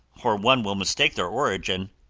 or one will mistake their origin.